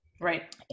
Right